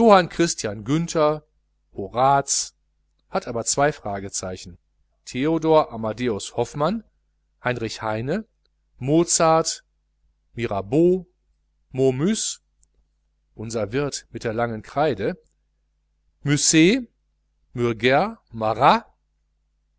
christian günther horaz hat aber zwei fragezeichen theodor amadeus hoffmann heinrich heine mozart mirabeau momus unser wirt mit der langen kreide